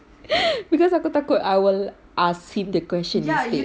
because aku takut I will ask him the question instead